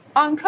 on